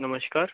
नमस्कार